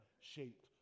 shaped